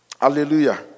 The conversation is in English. Hallelujah